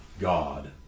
God